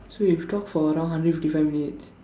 so we've talked for around hundred fifty five minutes